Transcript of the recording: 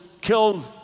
killed